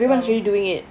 oh